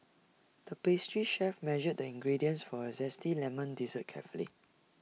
the pastry chef measured the ingredients for A Zesty Lemon Dessert carefully